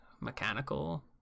mechanical